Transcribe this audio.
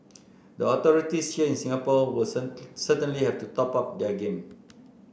the authorities Singapore wasn't certainly have to up their game